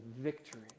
victory